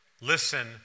listen